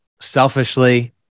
selfishly